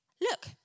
Look